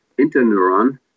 interneuron